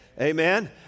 Amen